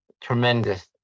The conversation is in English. tremendous